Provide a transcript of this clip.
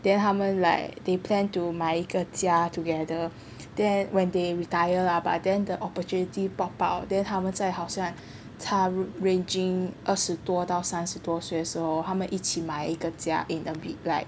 then 他们 like they plan to 买一个家 together then when they retire lah then the opportunity pop out then 他们在好像差不多 ranging 二十多到三十多岁的时候他们一起买一个家 in a bit like